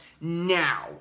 now